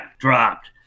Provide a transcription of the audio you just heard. dropped